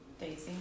Daisy